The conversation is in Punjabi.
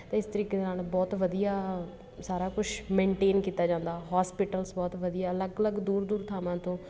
ਤਾਂ ਇਸ ਤਰੀਕੇ ਦੇ ਨਾਲ ਬਹੁਤ ਵਧੀਆ ਸਾਰਾ ਕੁਛ ਮੇਨਟੇਨ ਕੀਤਾ ਜਾਂਦਾ ਹੋਸਪਿਟਲਸ ਬਹੁਤ ਵਧੀਆ ਅਲੱਗ ਅਲੱਗ ਦੂਰ ਦੂਰ ਥਾਂਵਾਂ ਤੋਂ